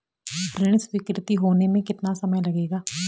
ऋण स्वीकृति होने में कितना समय लगेगा?